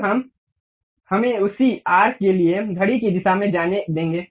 अब हम हमें उसी आर्क के लिए घड़ी की दिशा में जाने देंगे